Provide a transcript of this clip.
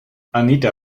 anita